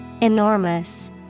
Enormous